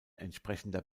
entsprechender